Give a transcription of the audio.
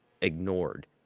ignored